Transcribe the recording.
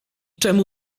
czemu